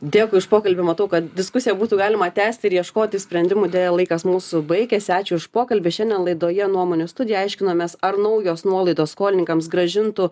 dėkui už pokalbį matau kad diskusiją būtų galima tęsti ir ieškoti sprendimų deja laikas mūsų baigėsi ačiū už pokalbį šiandien laidoje nuomonių studija aiškinomės ar naujos nuolaidos skolininkams grąžintų